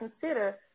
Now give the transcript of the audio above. consider